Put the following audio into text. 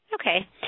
Okay